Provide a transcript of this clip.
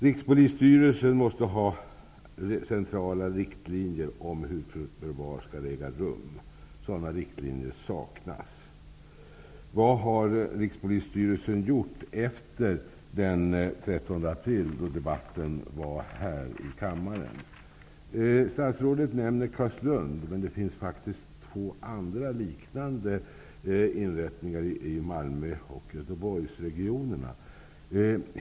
Rikspolisstyrelsen måste ha centrala riktlinjer om var förvarstagandet skall äga rum. Sådana riktlinjer saknas. Vad har Rikspolisstyrelsen gjort efter den 13 april, då det hölls en debatt här i kammaren? Statsrådet nämnde Carlslund, men det finns faktiskt två andra liknande inrättningar, i Malmöoch i Göteborgsregionerna.